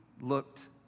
looked